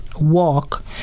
walk